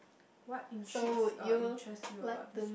what intrigues or interest you about this